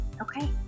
Okay